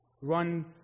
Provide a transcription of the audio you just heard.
Run